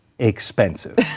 Expensive